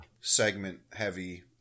segment-heavy